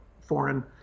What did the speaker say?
foreign